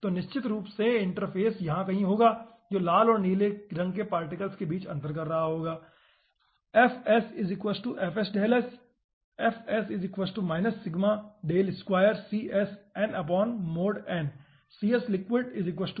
तो निश्चित रूप से इंटरफ़ेस यहाँ कहीं होगा जो लाल और नीले रंग के पार्टिकल्स के बीच अंतर कर रहा है ठीक है